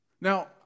Now